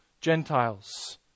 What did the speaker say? Gentiles